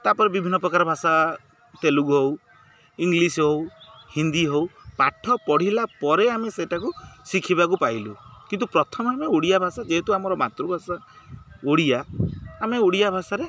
ତା'ପରେ ବିଭିନ୍ନ ପ୍ରକାର ଭାଷା ତେଲୁଗୁ ହଉ ଇଂଲିଶ୍ ହଉ ହିନ୍ଦୀ ହଉ ପାଠ ପଢ଼ିଲା ପରେ ଆମେ ସେଇଟାକୁ ଶିଖିବାକୁ ପାଇଲୁ କିନ୍ତୁ ପ୍ରଥମେ ଆମେ ଓଡ଼ିଆ ଭାଷା ଯେହେତୁ ଆମର ମାତୃଭାଷା ଓଡ଼ିଆ ଆମେ ଓଡ଼ିଆ ଭାଷାରେ